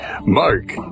Mark